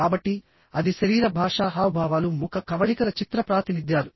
కాబట్టి అది శరీర భాషా హావభావాలు ముఖ కవళికల చిత్ర ప్రాతినిధ్యాలు